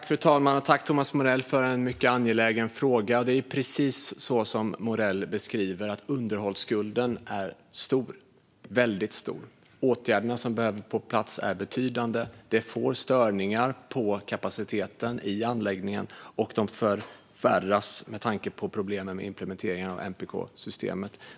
Fru talman! Tack, Thomas Morell, för en mycket angelägen fråga! Det är precis som Morell beskriver det. Underhållsskulden är stor - väldigt stor. Åtgärderna som behöver komma på plats är betydande. Det ger störningar i anläggningens kapacitet, och de förvärras med tanke på problemen med implementeringen av MPK-systemet.